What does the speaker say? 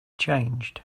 changed